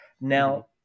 now